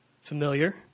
Familiar